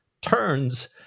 turns